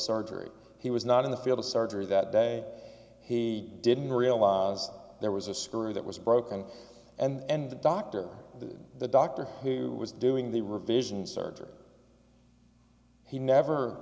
surgery he was not in the field of surgery that day he didn't realize there was a screw that was broken and the doctor the doctor who was doing the revisions surgery he never